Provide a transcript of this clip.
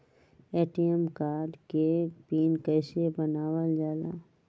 ATM card के pin कैसे बनावल जाला?